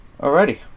Alrighty